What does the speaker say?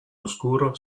oscuro